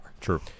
True